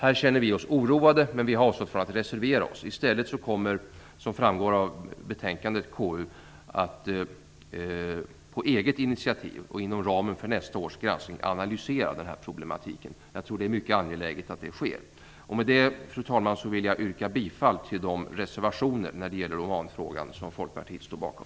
Här känner vi oss oroade, men vi avstår från att reservera oss. I stället kommer, som framgår av betänkandet, KU att på eget initiativ och inom ramen för nästa års granskning att analysera den problematiken. Jag tror att det är mycket angeläget att det sker. Fru talman! Med detta vill jag yrka bifall till de reservationer när det gäller Omanfrågan som Folkpartiet står bakom.